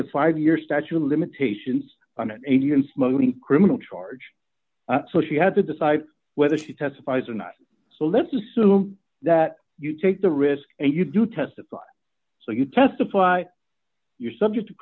the five year statute of limitations on an indian smuggling criminal charge so she had to decide whether she testifies or not so let's assume that you take the risk and you do testify so you testify you're subject to